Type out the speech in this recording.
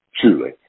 Truly